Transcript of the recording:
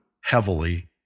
heavily